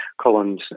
Collins